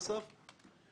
בכדורגל לפחות,